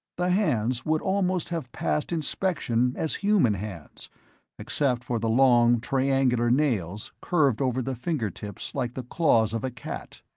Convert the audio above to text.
the hands would almost have passed inspection as human hands except for the long, triangular nails curved over the fingertips like the claws of a cat.